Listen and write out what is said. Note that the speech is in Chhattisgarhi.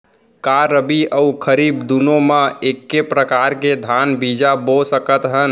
का रबि अऊ खरीफ दूनो मा एक्के प्रकार के धान बीजा बो सकत हन?